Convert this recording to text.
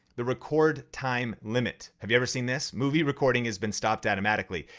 the record time limit. have you ever seen this? movie recording has been stopped automatically.